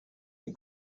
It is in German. die